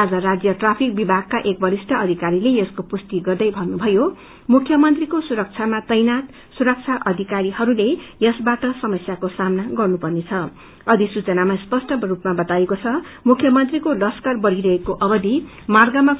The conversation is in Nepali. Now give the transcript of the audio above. आज राज्य ट्राफिक विभगका एक वरिष्ठ अधिकारीले यसको पुष्टी गर्नुहुँदै भन्नुभयो मुख्यमंत्रीको सुरक्षामा तैनात सुरक्षा अधिकरीहरूलाई यसबाट समस्याक्रो सामना गर्नुप्रछं अधिसूचनामा स्पष्ट रूपामा बताइएको छ मुख्यमंत्रीको तश्कर बढ़िरहेक अवधि मात्रमा